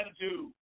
attitude